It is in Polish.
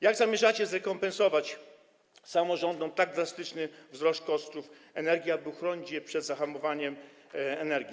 Jak zamierzacie zrekompensować samorządom tak drastyczny wzrost kosztów energii, aby uchronić je przed zahamowaniem rozwoju?